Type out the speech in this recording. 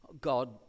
God